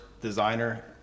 designer